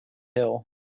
hill